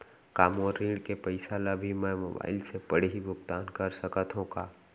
का मोर ऋण के पइसा ल भी मैं मोबाइल से पड़ही भुगतान कर सकत हो का?